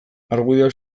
argudioak